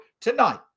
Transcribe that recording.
tonight